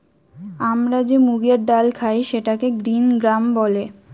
আমরা যে মুগের ডাল খাই সেটাকে গ্রিন গ্রাম বলে